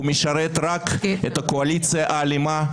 הוא משרת רק את הקואליציה האלימה,